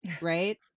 right